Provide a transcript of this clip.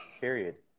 Period